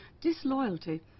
Disloyalty